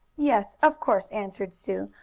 yes, of course, answered sue.